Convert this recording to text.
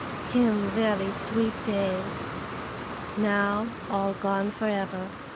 him very sweet day now all gone forever.